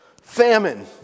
Famine